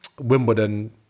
Wimbledon